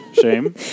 Shame